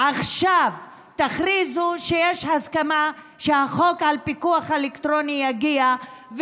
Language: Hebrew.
עכשיו תכריזו שיש הסכמה שהחוק על פיקוח אלקטרוני יגיע,